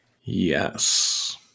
Yes